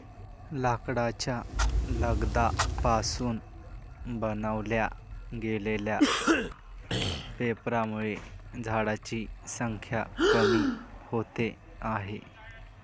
लाकडाच्या लगद्या पासून बनवल्या गेलेल्या पेपरांमुळे झाडांची संख्या कमी होते आहे